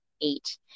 eight